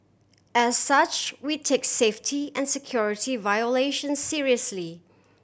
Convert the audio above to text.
as such we take safety and security violation seriously